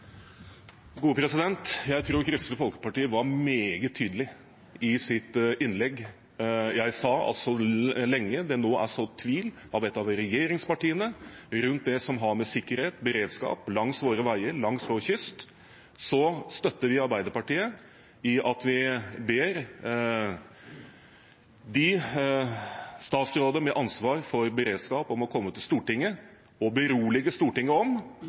Jeg mener at Kristelig Folkeparti var meget tydelig i sitt innlegg. Jeg sa at så lenge det nå er sådd tvil av et av regjeringspartiene om det som har å gjøre med sikkerhet og beredskap, langs våre veier og langs vår kyst, støtter vi Arbeiderpartiet i at vi ber de statsråder med ansvar for beredskap om å komme til Stortinget og berolige Stortinget om